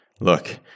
Look